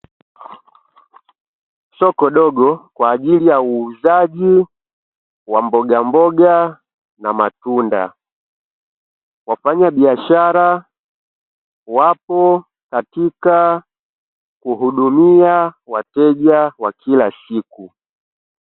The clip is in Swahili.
Soko dogo kwa ajili ya uuzaji wa mbogamboga na matunda. Wafanyabiashara wapo katika kuhudumia wateja wa kila siku.